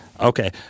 Okay